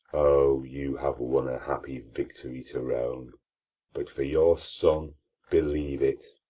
o! you have won a happy victory to rome but for your son believe it,